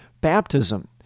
baptism